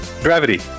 Gravity